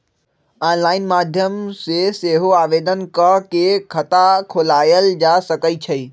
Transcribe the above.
online माध्यम से सेहो आवेदन कऽ के खता खोलायल जा सकइ छइ